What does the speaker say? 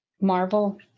marvel